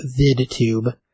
VidTube